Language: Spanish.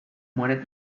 muere